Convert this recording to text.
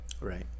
Right